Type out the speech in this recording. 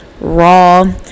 raw